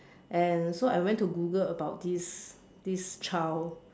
and so I went to Google about this this child